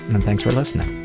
and thanks for listening.